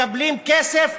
מקבלים כסף,